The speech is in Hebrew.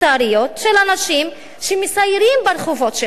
של אנשים שמסיירים ברחובות של השכונה,